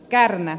käymme